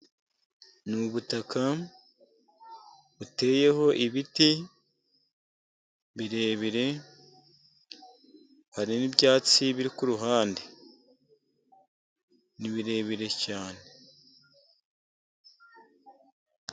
Ni ubutaka buteyeho ibiti birebire, hari n'ibyatsi biri ku ruhande ni birebire cyane.